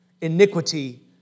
iniquity